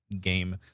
game